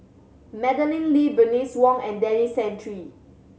Madeleine Lee Bernice Wong and Denis Santry